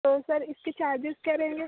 तो सर इसके चार्जेस क्या रहेंगे